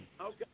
Okay